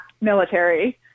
military